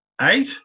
eight